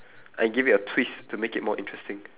and give it a twist to make it more interesting